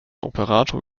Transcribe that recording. operator